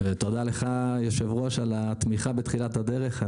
תודה רבה אדוני היו"ר על התמיכה בתחילת הדרך,